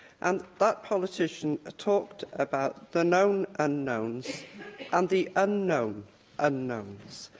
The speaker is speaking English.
and that politician ah talked about the known unknowns and the unknown unknowns.